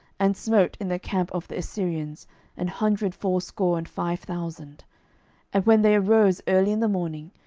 and smote in the camp of the assyrians an hundred fourscore and five thousand and when they arose early in the morning,